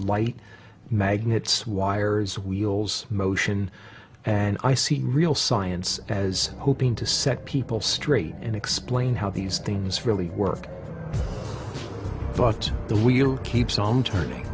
light magnets wires wheels motion and i see real science as hoping to set people straight and explain how these things really work but the wheel keeps on turning